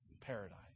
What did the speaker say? paradise